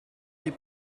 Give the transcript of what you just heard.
they